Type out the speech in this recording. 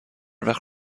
وقت